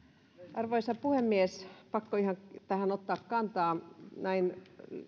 arvoisa puhemies pakko ihan ottaa kantaa tähän näin